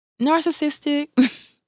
narcissistic